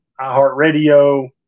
iHeartRadio